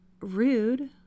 Rude